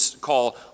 call